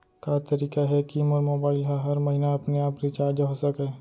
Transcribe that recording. का तरीका हे कि मोर मोबाइल ह हर महीना अपने आप रिचार्ज हो सकय?